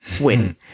win